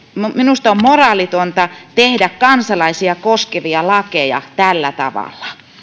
minusta on moraalitonta tehdä kansalaisia koskevia lakeja tällä tavalla